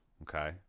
Okay